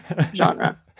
genre